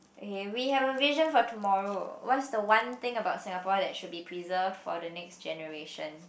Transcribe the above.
eh we have a vision for tomorrow what's the one thing about Singapore that should be preserved for the next generation